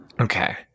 Okay